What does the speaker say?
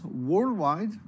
worldwide